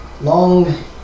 long